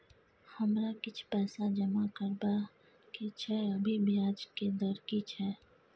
हमरा किछ पैसा जमा करबा के छै, अभी ब्याज के दर की छै?